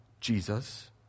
Jesus